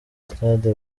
stade